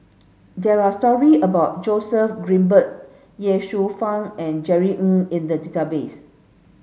there are story about Joseph Grimberg Ye Shufang and Jerry Ng in the database